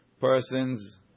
Persons